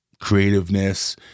Creativeness